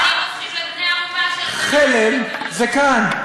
לבני-ערובה, חלם זה כאן.